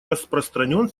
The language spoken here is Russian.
распространен